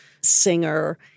singer